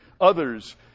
others